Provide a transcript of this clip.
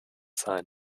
sein